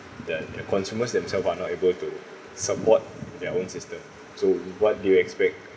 the the consumers themselves are not able to support their own system so what do you expect